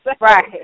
Right